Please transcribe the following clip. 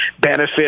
benefit